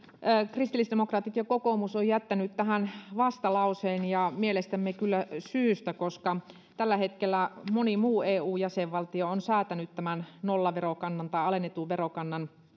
kristillisdemokraatit ja kokoomus ovat jättäneet tähän vastalauseen ja mielestämme kyllä syystä koska tällä hetkellä moni muu eun jäsenvaltio on säätänyt tämän nollaverokannan tai alennetun verokannan